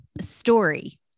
story